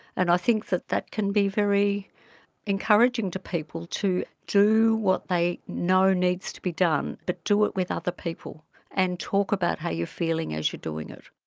and i think that that can be very encouraging to people, to do what they know needs to be done but do it with other people and talk about how you're feeling as you're doing it.